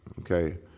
okay